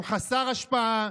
הוא חסר השפעה.